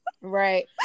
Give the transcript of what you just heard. Right